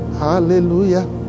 Hallelujah